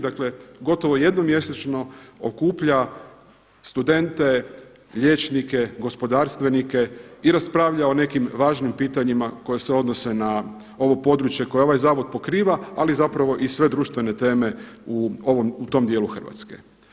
Dakle, gotovo jednom mjesečno okuplja studente, liječnike, gospodarstvenike i raspravljao o nekim važnim pitanjima koji se odnose na ovo područje koje ovaj zavod pokriva, ali zapravo i sve društvene teme u tom dijelu Hrvatske.